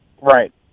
Right